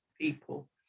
people